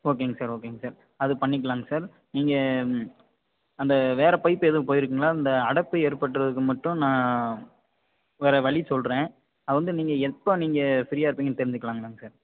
ஓகேங்க சார் ஓகேங்க சார் அது பண்ணிக்கலாங்க சார் நீங்கள் அந்த வேறே பைப் எதுவும் போயிருக்குங்களா அந்த அடைப்பு ஏற்பட்டுருக்கறது மட்டும் நான் வேறே வழி சொல்கிறேன் அதை வந்து நீங்கள் எப்போ நீங்கள் ஃப்ரீயாக இருப்பிங்கன்னு தெரிஞ்சிக்கலாங்களாங்க சார்